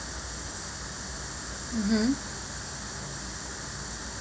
mmhmm